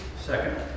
Second